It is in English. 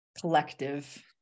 collective